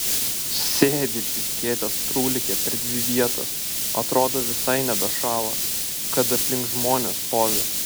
sėdi išsiskėtęs trūlike per dvi vietas atrodo visai nedašlo kad aplink žmones stovi